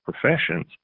professions